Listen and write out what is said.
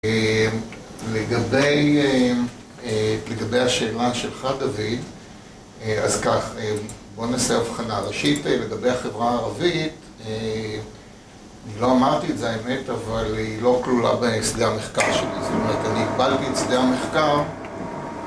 לגבי, לגבי השאלה שלך דוד, אז כך, בוא נעשה הבחנה ראשית לגבי החברה הערבית אני לא אמרתי את זה האמת, אבל היא לא כלולה בשדה המחקר שלי, זאת אומרת אני הגבלתי את שדה המחקר